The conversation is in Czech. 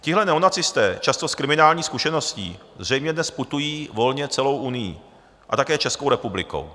Tihle neonacisté, často s kriminální zkušeností, zřejmě dnes putují volně celou Unií a také Českou republikou.